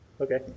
Okay